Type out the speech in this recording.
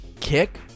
kick